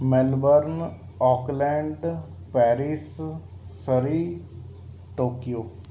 Melbourne Auckland Paris Surrey Tokyo